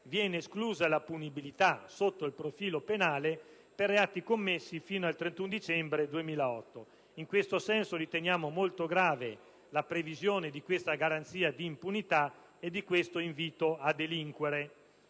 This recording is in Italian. si esclude la punibilità sotto il profilo penale per reati commessi fino al 31 dicembre 2008. In questo senso, riteniamo molto grave la previsione di questa garanzia di impunità e di questo invito a delinquere.